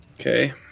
Okay